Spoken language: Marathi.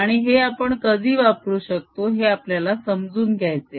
आणि हे आपण कधी वापरू शकतो हे आपल्याला समजून घ्यायचे आहे